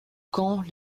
camp